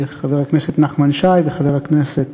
ולחבר הכנסת נחמן שי וחבר הכנסת